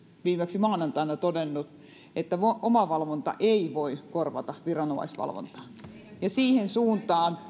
viimeksi maanantaina todennut että omavalvonta ei voi korvata viranomaisvalvontaa siihen suuntaan